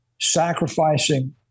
sacrificing